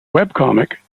webcomic